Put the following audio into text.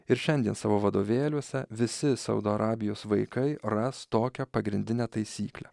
ir šiandien savo vadovėliuose visi saudo arabijos vaikai ras tokią pagrindinę taisyklę